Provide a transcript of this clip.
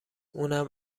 اونم